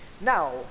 Now